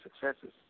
successes